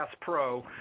Pro